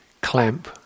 clamp